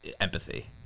empathy